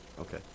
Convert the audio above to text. okay